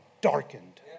darkened